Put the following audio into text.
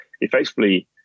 effectively